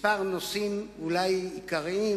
אולי עיקריים,